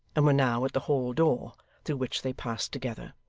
and were now at the hall-door, through which they passed together.